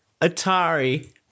Atari